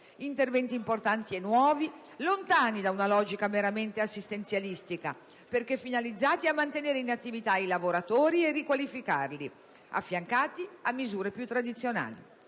interventi importanti e nuovi, lontani da una logica meramente assistenzialistica perché finalizzati a mantenere in attività i lavoratori e riqualificarli affiancati da misure più tradizionali.